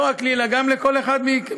לא רק לי אלא גם לכל אחד מאתנו,